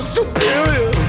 superior